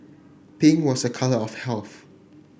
pink was a colour of health